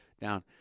down